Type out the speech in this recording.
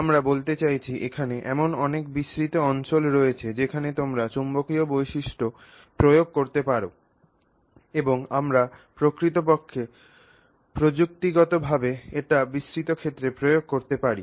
আমি বলতে চাইছি এখানে এমন অনেক বিস্তৃত অঞ্চল রয়েছে যেখানে তোমরা চৌম্বকীয় বৈশিষ্ট্য প্রয়োগ করতে পার এবং আমরা প্রকৃতপক্ষে প্রযুক্তিগতভাবে এটি বিস্তৃত ক্ষেত্রে প্রয়োগ করতে পারি